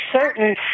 certain